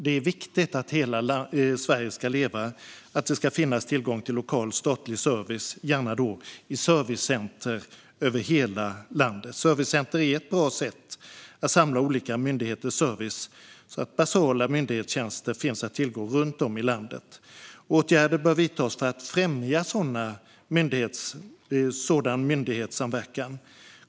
Det är viktigt att hela Sverige ska leva och att det finns tillgång till lokal statlig service, gärna i servicecenter över hela landet. Servicecenter är ett bra sätt att samla olika myndigheters service så att basala myndighetstjänster finns att tillgå runt om i landet. Åtgärder bör vidtas för att främja sådan myndighetssamverkan.